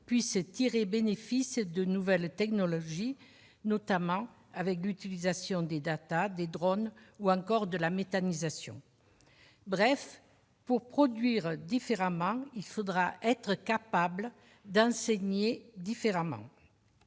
puisse tirer bénéfice de nouvelles technologies, notamment avec l'utilisation des datas, des drones, ou encore de la méthanisation. Pour produire différemment, il faudra être capable d'enseigner différemment.